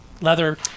leather